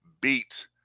beat